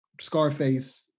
Scarface